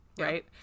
Right